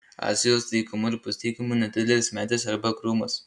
azijos dykumų ir pusdykumių nedidelis medis arba krūmas